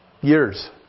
Years